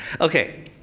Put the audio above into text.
Okay